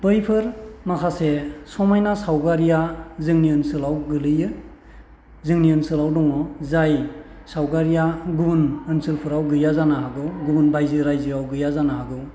बैफोर माखासे समायना सावगारिया जोंनि ओनसोलाव गोलैयो जोंनि ओनसोलाव दङ जाय सावगारिया गुबुन ओनसोलफोराव गैया जानो हागौ गुबुन बायजो रायजोआव गैया जानो हागौ